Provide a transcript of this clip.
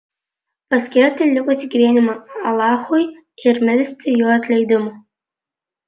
paskirti likusį gyvenimą alachui ir melsti jo atleidimo